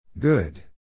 Good